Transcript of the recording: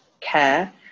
care